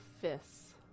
fists